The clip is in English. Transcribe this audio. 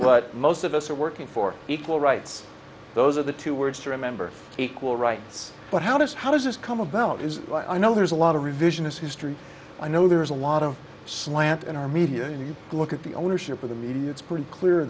what most of us are working for equal rights those are the two words to remember equal rights but how does how does this come about is i know there's a lot of revisionist history i know there's a lot of slant in our media and you look at the ownership of the media it's pretty clear